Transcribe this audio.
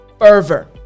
fervor